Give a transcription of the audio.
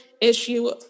issue